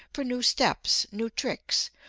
for new steps, new tricks,